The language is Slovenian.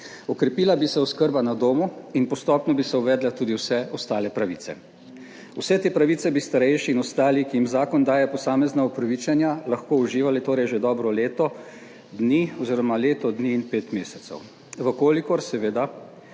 Okrepila bi se oskrba na domu in postopno bi se uvedle tudi vse ostale pravice. Vse te pravice bi starejši in ostali, ki jim zakon daje posamezna upravičenja, lahko uživali torej že dobro leto dni oziroma leto dni in pet mesecev, v kolikor seveda